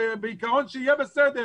בעיקרון שיהיה בסדר,